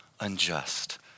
unjust